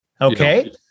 Okay